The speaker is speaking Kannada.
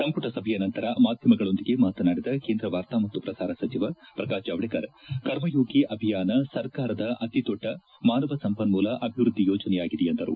ಸಂಪುಟ ಸಭೆಯ ನಂತರ ಮಾಧ್ವಮಗಳೊಂದಿಗೆ ಮಾತನಾಡಿದ ಕೇಂದ್ರ ವಾರ್ತಾ ಮತ್ತು ಪ್ರಸಾರ ಸಚಿವ ಪ್ರಕಾಶ್ ಜಾವಡೇಕರ್ ಕರ್ಮಯೋಗಿ ಅಭಿಯಾನ ಸರ್ಕಾರದ ಅತಿದೊಡ್ಡ ಮಾನವ ಸಂಪನ್ಮೂಲ ಅಭಿವೃದ್ಧಿ ಯೋಜನೆಯಾಗಿದೆ ಎಂದರು